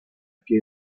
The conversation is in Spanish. que